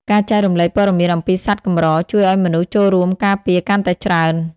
ការចែករំលែកព័ត៌មានអំពីសត្វកម្រ ជួយឱ្យមនុស្សចូលរួមការពារកាន់តែច្រើន។